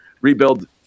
rebuild